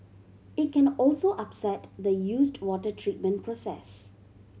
it can also upset the used water treatment process